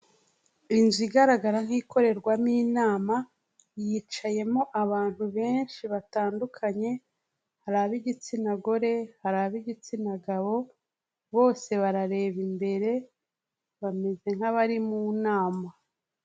Inzu igaragara nk'ikorerwamo inama yicayemo abantu benshi batandukanye hari ab'igitsina gore, hari ab'igitsina gabo bose barareba imbere bameze nk'abari mu nama.